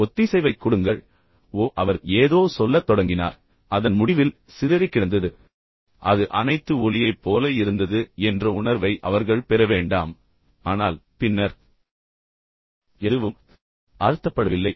எனவே ஒத்திசைவைக் கொடுங்கள் ஓ அவர் ஏதோ சொல்லத் தொடங்கினார் எனவே அதன் முடிவில் சிதறிக்கிடந்தது அது அனைத்து ஒலியைப் போல இருந்தது என்ற உணர்வை அவர்கள் பெற வேண்டாம் ஆனால் பின்னர் எதுவும் அர்த்தப்படவில்லை